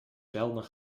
zelden